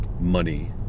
money